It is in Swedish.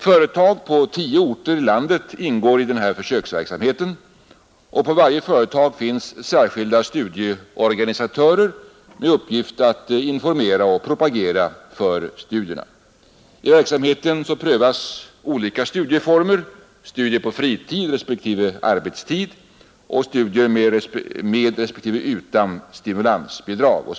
Företag på tio orter i landet ingår i den här försöksverksamheten, och på varje företag finns särskilda studieorganisatörer med uppgift att informera om och propagera för studierna. I verksamheten prövas olika studieformer: studier på fritid, studier på arbetstid och studier med respektive utan stimulansbidrag.